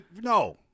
no